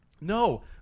No